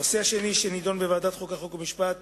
הנושא השני שנדון בוועדת החוקה, חוק ומשפט